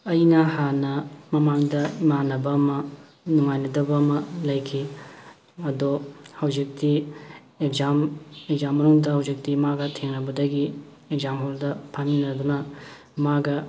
ꯑꯩꯅ ꯍꯥꯟꯅ ꯃꯃꯥꯡꯗ ꯏꯃꯥꯟꯅꯕ ꯑꯃ ꯅꯨꯡꯉꯥꯏꯅꯗꯕ ꯑꯃ ꯂꯩꯈꯤ ꯑꯗꯣ ꯍꯧꯖꯤꯛꯇꯤ ꯑꯦꯛꯖꯥꯝ ꯑꯦꯛꯖꯥꯝ ꯃꯅꯨꯡꯗ ꯍꯧꯖꯤꯛꯇꯤ ꯃꯥꯒ ꯊꯦꯡꯅꯕꯗꯒꯤ ꯑꯦꯛꯖꯥꯝ ꯍꯣꯜꯗ ꯐꯝꯃꯤꯟꯅꯗꯨꯅ ꯃꯥꯒ